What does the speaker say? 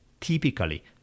typically